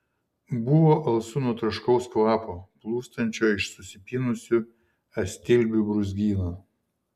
buvo alsu nuo troškaus kvapo plūstančio iš susipynusių astilbių brūzgyno